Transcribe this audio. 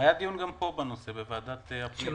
היה דיון גם פה בנושא, בוועדת הפנים.